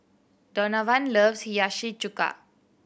Donavon loves Hiyashi Chuka